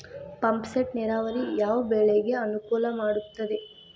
Pump set ನೇರಾವರಿ ಯಾವ್ ಬೆಳೆಗೆ ಅನುಕೂಲ ಮಾಡುತ್ತದೆ?